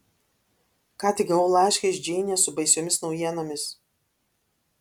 ką tik gavau laišką iš džeinės su baisiomis naujienomis